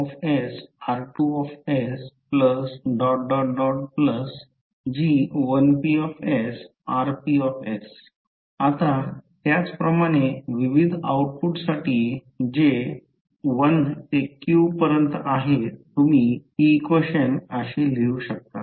YisGi1sR1sGi2sR2sG1psRps आता त्याचप्रमाणे विविध आउटपुटसाठी जे I 1 ते q पर्यंत आहेत तुम्ही ही इक्वेशने लिहू शकतात